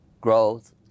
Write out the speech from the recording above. growth